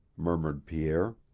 murmured pierre.